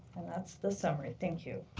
and that's the summary. thank you.